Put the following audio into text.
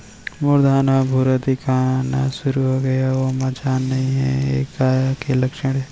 मोर धान ह भूरा दिखना शुरू होगे हे अऊ ओमा जान नही हे ये का के लक्षण ये?